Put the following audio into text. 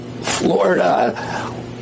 Florida